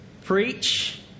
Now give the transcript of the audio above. Preach